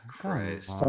Christ